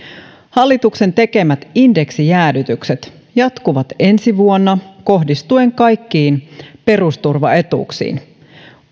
hallituksen tekemät indeksijäädytykset jatkuvat ensi vuonna kohdistuen kaikkiin perusturvaetuuksiin